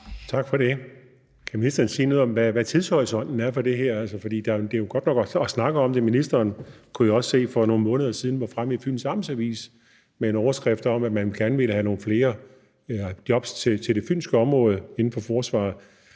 Tak for det. Kan ministeren sige noget om, hvad tidshorisonten er for det her? For det er jo godt nok at snakke om det. Jeg kunne jo også se, at ministeren for nogle måneder siden var fremme i Fyns Amts Avis med en overskrift om, at man gerne ville have nogle flere jobs inden for forsvaret